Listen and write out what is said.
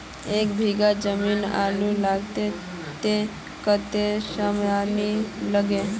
एक बीघा जमीन आलू लगाले तो कतेक रासायनिक लगे?